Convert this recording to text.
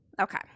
Okay